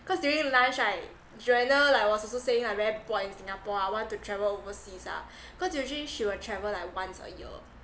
cause during lunch right joanna like was also saying like very bored in singapore ah want to travel overseas ah cause usually she will travel like once a year